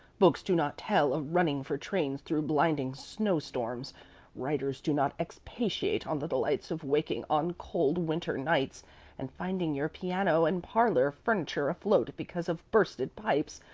books do not tell of running for trains through blinding snowstorms writers do not expatiate on the delights of waking on cold winter nights and finding your piano and parlor furniture afloat because of bursted pipes,